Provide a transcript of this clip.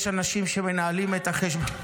יש אנשים שמנהלים את החשבון --- מרגע